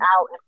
out